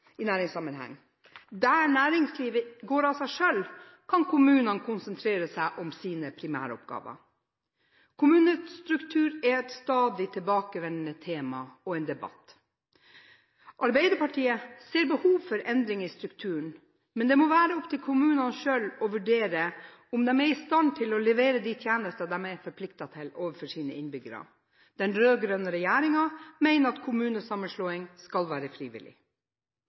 næringslivet går av seg selv, kan kommunene konsentrere seg om sine primæroppgaver. Kommunestruktur er et stadig tilbakevendende tema for debatt. Arbeiderpartiet ser behov for endring i strukturen, men det må være opp til kommunene selv å vurdere om de er i stand til å levere de tjenester de er forpliktet til overfor sine innbyggere. Den rød-grønne regjeringen mener at kommunesammenslåing skal være frivillig.